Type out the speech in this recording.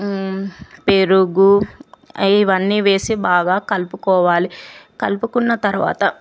పెరుగు ఇవన్నివేసి బాగా కలుపుకోవాలి కలుపుకున్న తర్వాత